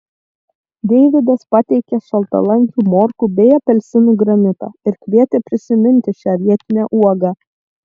deivydas pateikė šaltalankių morkų bei apelsinų granitą ir kvietė prisiminti šią vietinę uogą